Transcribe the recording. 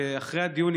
אחרי הדיון,